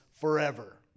forever